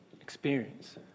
...experience